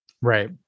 Right